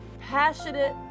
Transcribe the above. passionate